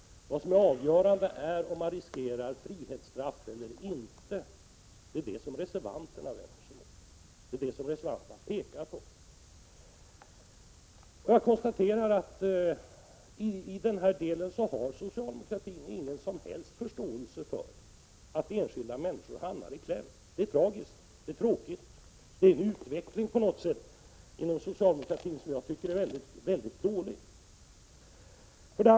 Vad som är avgörande är om man riskerar frihetsstraff eller inte. Det är detta som reservanterna vänder sig mot och pekar på. Jag konstaterar att socialdemokratin i denna del inte har någon som helst förståelse för att enskilda människor kommer i kläm. Det är tragiskt och tråkigt. Denna utveckling inom socialdemokratin tycker jag är mycket dålig.